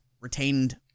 retained